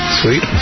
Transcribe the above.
sweet